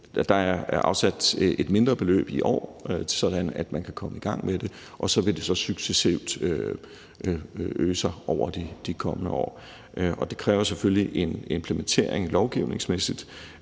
Der er afsat et mindre beløb i år, sådan at man kan komme i gang med det, og så vil det successivt øges over de kommende år. Det kræver selvfølgelig en implementering lovgivningsmæssigt,